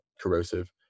corrosive